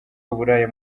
w’uburaya